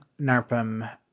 NARPM